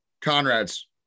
Conrad's